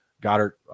Goddard